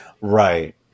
right